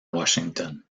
washington